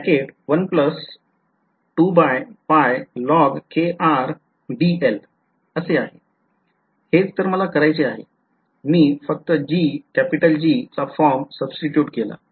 तर हेच तर मला करायचे आहे मी फक्त G चा फॉर्म सुब्स्टिटूट केला